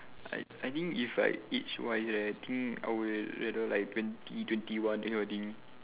I I think like age wise right I think I would rather like twenty twenty one that kind of thing